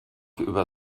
über